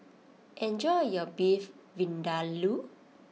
enjoy your Beef Vindaloo